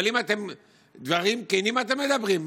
אבל אם דברים כנים אתם מדברים,